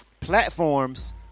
Platforms